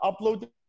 upload